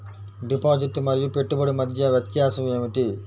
Deposit మరియు పెట్టుబడి మధ్య వ్యత్యాసం ఏమిటీ?